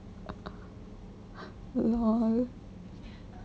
LOL